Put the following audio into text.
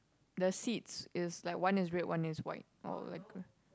the seats is like one is red one is white or like